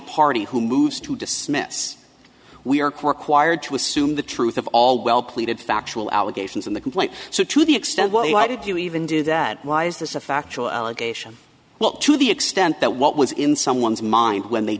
party who moves to dismiss we are core acquired to assume the truth of all well pleaded factual allegations in the complaint so to the extent well why did you even do that why is this a factual allegation well to the extent that what was in someone's mind when they